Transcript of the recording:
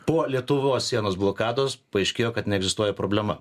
po lietuvos sienos blokados paaiškėjo kad neegzistuoja problema